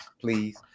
please